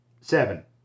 seven